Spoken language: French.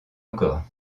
encore